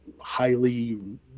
highly